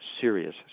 serious